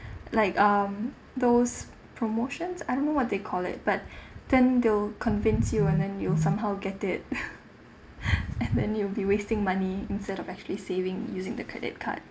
like um those promotions I don't know what they call it but tend to convince you and then you'll somehow get it and then you'll be wasting money instead of actually saving using the credit card